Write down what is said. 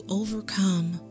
overcome